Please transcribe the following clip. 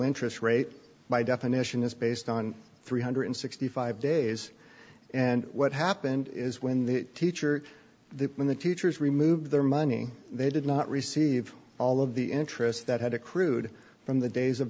interest rate by definition is based on three hundred sixty five days and what happened is when the teacher when the teachers removed their money they did not receive all of the interest that had accrued from the days of